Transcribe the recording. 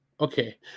okay